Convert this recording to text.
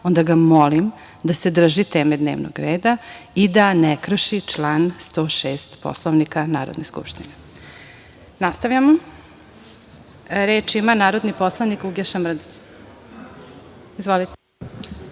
onda ga molim da se drži teme dnevnog reda i da ne krši član 106. Poslovnika Narodne skupštine. Nastavljamo dalje. Reč ima narodni poslanik Uglješa Mrdić. Izvolite.